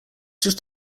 just